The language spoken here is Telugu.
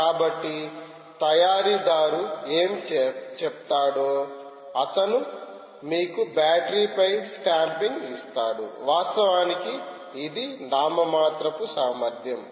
కాబట్టి తయారీదారు ఏమి చెప్తాడో అతను మీకు బ్యాటరీ పై స్టాంపింగ్ ఇస్తాడు వాస్తవానికి ఇది నామమాత్రపు సామర్థ్యం